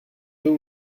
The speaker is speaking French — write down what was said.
deux